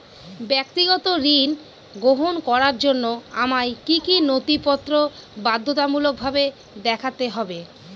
ব্যক্তিগত ঋণ গ্রহণ করার জন্য আমায় কি কী নথিপত্র বাধ্যতামূলকভাবে দেখাতে হবে?